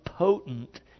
Potent